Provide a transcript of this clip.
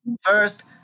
First